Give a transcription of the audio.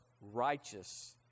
righteous